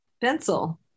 pencil